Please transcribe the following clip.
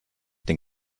den